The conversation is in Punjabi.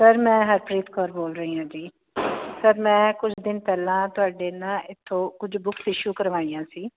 ਸਰ ਮੈਂ ਹਰਪ੍ਰੀਤ ਕੌਰ ਬੋਲ ਰਹੀ ਆ ਜੀ ਸਰ ਮੈਂ ਕੁਝ ਦਿਨ ਪਹਿਲਾਂ ਤੁਹਾਡੇ ਨਾ ਇਥੋਂ ਕੁਝ ਬੁਕ ਇਸ਼ੂ ਕਰਵਾਈਆਂ ਸੀ